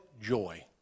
joy